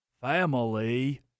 Family